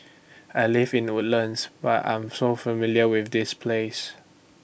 I live in Woodlands but I'm so familiar with this place